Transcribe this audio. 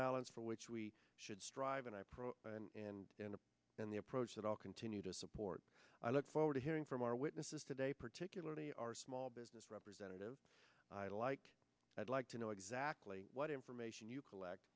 balance for which we should strive and i approach and in the approach that i'll continue to support i look forward to hearing from our witnesses today particularly our small business representatives alike i'd like to know exactly what information you collect